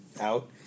out